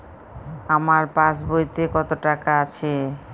আমার পাসবইতে কত টাকা আছে?